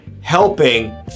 helping